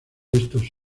estos